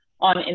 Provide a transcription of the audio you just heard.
on